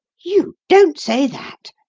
you don't say that!